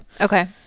Okay